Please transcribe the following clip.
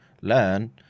learn